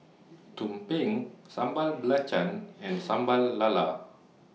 Tumpeng Sambal Belacan and Sambal Lala